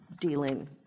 dealing